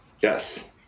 Yes